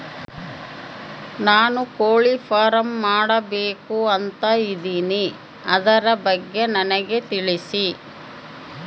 ನಾನು ಕೋಳಿ ಫಾರಂ ಮಾಡಬೇಕು ಅಂತ ಇದಿನಿ ಅದರ ಬಗ್ಗೆ ನನಗೆ ತಿಳಿಸಿ?